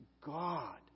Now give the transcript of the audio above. God